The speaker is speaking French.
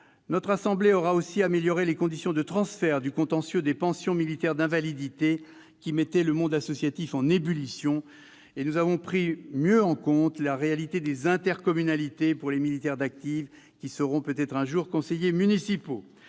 Notre assemblée aura aussi amélioré les conditions de transfert du contentieux des pensions militaires d'invalidité, qui mettait le monde associatif en ébullition. Nous avons en outre mieux pris en compte la réalité des intercommunalités pour les militaires d'active qui seront peut-être un jour conseillers municipaux.